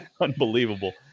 unbelievable